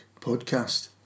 podcast